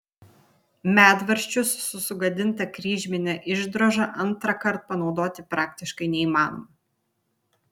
medvaržčius su sugadinta kryžmine išdroža antrąkart panaudoti praktiškai neįmanoma